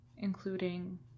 Including